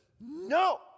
no